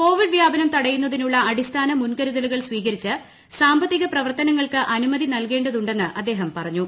Covid വ്യാപനം കൂടയ്ുന്നതിനുള്ള അടിസ്ഥാന മുൻകരുതലുകൾ സ്വീകരിച്ച് സ്ാമ്പത്തിക പ്രവർത്തനങ്ങൾക്ക് അനുമതി നൽകേണ്ടതുക്കിട്ടുന്ന് അദ്ദേഹം പറഞ്ഞു